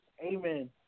amen